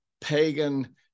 pagan